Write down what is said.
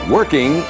Working